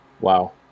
Wow